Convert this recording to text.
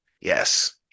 yes